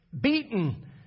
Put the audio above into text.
Beaten